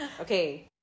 Okay